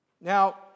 Now